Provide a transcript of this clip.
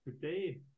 today